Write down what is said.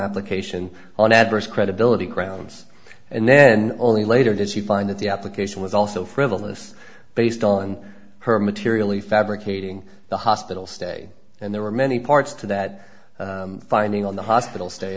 application on adverse credibility grounds and then only later did she find that the application was also frivolous based on her materially fabricating the hospital stay and there were many parts to that finding on the hospital stay